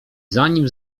zanim